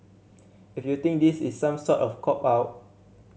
if you think this is some sort of cop out